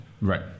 Right